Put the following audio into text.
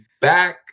back